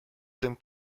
tym